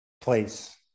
place